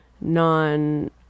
non